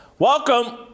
Welcome